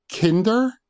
Kinder